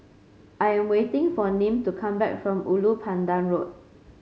I am waiting for Nim to come back from Ulu Pandan Road